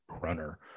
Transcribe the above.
runner